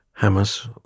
Hamas